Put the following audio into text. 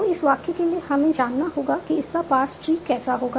तो इस वाक्य के लिए हमें जानना होगा कि इसका पार्स ट्री कैसा होगा